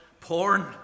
porn